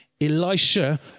Elisha